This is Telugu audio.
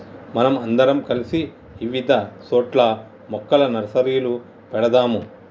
మనం అందరం కలిసి ఇవిధ సోట్ల మొక్కల నర్సరీలు పెడదాము